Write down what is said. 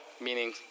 meaning